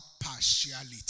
partiality